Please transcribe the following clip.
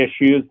issues